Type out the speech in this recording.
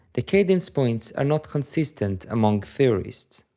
the cadence points are not consistent among theorists.